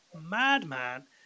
madman